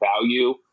value